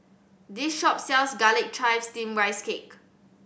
this shop sells Garlic Chives Steamed Rice Cake